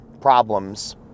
problems